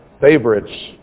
favorites